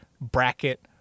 bracket